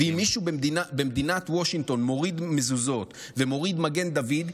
ואם מישהו במדינת וושינגטון מוריד מזוזות ומוריד מגן דוד,